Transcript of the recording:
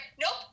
nope